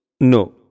No